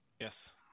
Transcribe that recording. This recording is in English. Yes